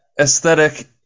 aesthetic